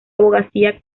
abogacía